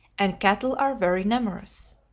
and cattle are very numerous.